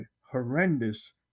horrendous